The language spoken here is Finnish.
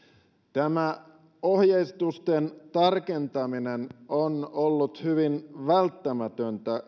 tämä ohjeistusten tarkentaminen on ollut hyvin välttämätöntä